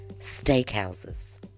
steakhouses